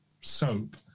soap